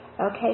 okay